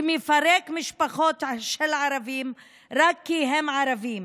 שמפרק משפחות של ערבים רק כי הם ערבים.